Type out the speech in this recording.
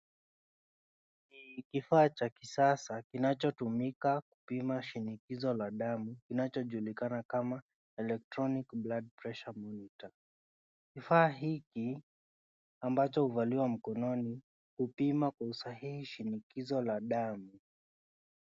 Ni kifaa cha kisasa kinachotumika kupima shinikizo la damu, kinachojulikana kama electronic blood pressure monitor .Kifaa hiki ambacho huvaliwa mkononi hupima kwa usahihi, shinikizo la damu.